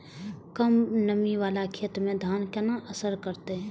कम नमी वाला खेत में धान केना असर करते?